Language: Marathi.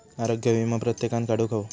आरोग्य वीमो प्रत्येकान काढुक हवो